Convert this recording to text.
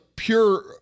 pure